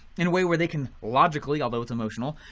in a way where they can logically, although it's emotional,